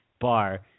bar